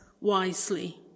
wisely